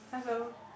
hello